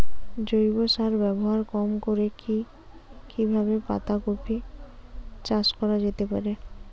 জৈব সার ব্যবহার কম করে কি কিভাবে পাতা কপি চাষ করা যেতে পারে?